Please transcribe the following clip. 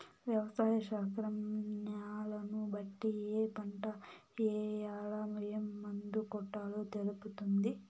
వ్యవసాయ శాస్త్రం న్యాలను బట్టి ఏ పంట ఏయాల, ఏం మందు కొట్టాలో తెలుపుతుంది